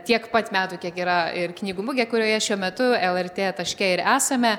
tiek pat metų kiek yra ir knygų mugė kurioje šiuo metu lrt taške ir esame